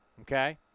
Okay